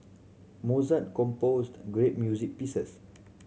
Mozart composed great music pieces